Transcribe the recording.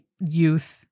youth